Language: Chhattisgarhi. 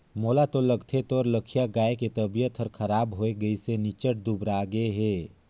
मोला तो लगथे तोर लखिया गाय के तबियत हर खराब होये गइसे निच्च्ट दुबरागे हे